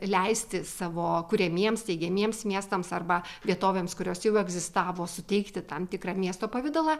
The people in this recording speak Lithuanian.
leisti savo kuriamiems steigiamiems miestams arba vietovėms kurios jau egzistavo suteikti tam tikrą miesto pavidalą